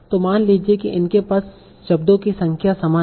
तो मान लीजिए कि इनके पास शब्दों की संख्या समान हैं